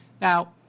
Now